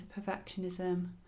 perfectionism